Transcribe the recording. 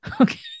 okay